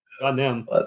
Goddamn